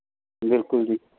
ਬਿਲਕੁਲ ਜੀ